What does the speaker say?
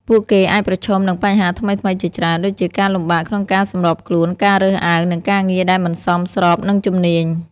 ពួកគេអាចប្រឈមនឹងបញ្ហាថ្មីៗជាច្រើន ដូចជាការលំបាកក្នុងការសម្របខ្លួន ការរើសអើង និងការងារដែលមិនសមស្របនឹងជំនាញ។